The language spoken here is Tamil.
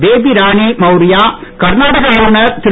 பேபிராணி மவுரியா கர்நாடக ஆளுனர் திரு